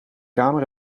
kamer